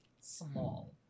small